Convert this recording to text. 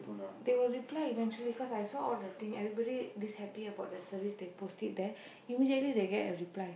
they will reply eventually cause I saw all the thing everybody is happy about their service they post it there immediately they get a reply